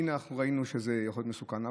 הינה, אנחנו ראינו שזה יכול להיות מסוכן.